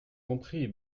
compris